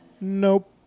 Nope